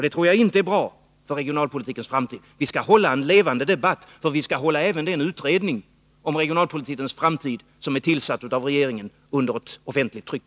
Det tror jag inte är bra för regionalpolitikens framtid. Vi skall ha en levande debatt, och vi skall hålla den utredning som är tillsatt av regeringen för att arbeta med regionalpolitikens framtid under ett offentligt tryck.